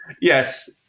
Yes